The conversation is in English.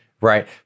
Right